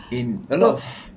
in a lot of